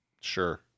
Sure